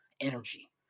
energy